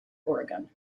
oregon